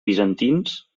bizantins